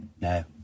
No